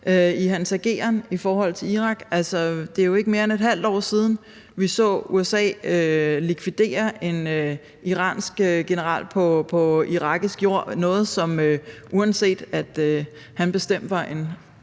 i sin ageren i forhold til Irak. Altså, det er jo ikke mere end et halvt år siden, vi så USA likvidere en iransk general på irakisk jord – noget, som, uanset at han bestemt var en